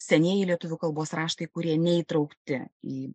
senieji lietuvių kalbos raštai kurie neįtraukti į